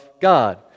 God